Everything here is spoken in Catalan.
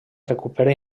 recupera